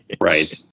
Right